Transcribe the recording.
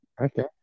okay